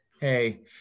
hey